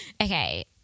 Okay